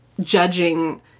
judging